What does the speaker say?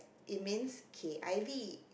it means K_I_V